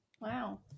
wow